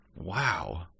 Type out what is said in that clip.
Wow